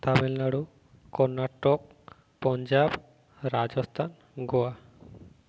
Tamil Nadu Karnataka Punjab Rajasthan Goa